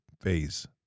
phase